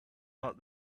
that